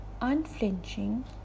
unflinching